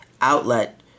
outlet